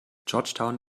georgetown